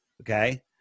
Okay